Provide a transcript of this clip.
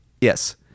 yes